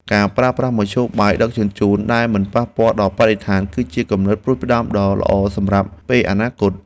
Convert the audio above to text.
ការប្រើប្រាស់មធ្យោបាយដឹកជញ្ជូនដែលមិនប៉ះពាល់ដល់បរិស្ថាន គឺជាគំនិតផ្តួចផ្តើមដ៏ល្អសម្រាប់ពេលអនាគត។